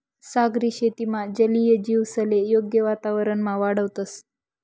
सागरी शेतीमा जलीय जीवसले योग्य वातावरणमा वाढावतंस